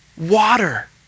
Water